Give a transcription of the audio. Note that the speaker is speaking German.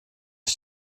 ich